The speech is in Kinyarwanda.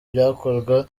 byakorwa